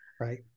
Right